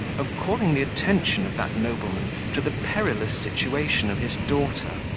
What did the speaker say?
of calling the attention of that nobleman to the perilous situation of his daughter,